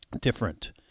different